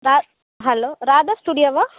hello Radha ஸ்டுடியோவா